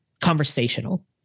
conversational